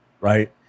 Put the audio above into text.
Right